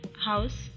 house